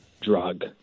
drug